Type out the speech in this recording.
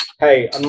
Hey